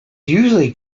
usually